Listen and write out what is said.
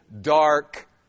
dark